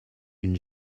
une